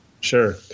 sure